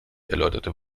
erläuterte